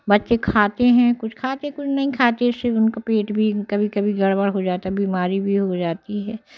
बच्चे खाते हैं कुछ खाके कुछ नहीं खाते हैं उनका पेट भी कभी कभी गड़बड़ हो जाता बीमारी भी हो जाती है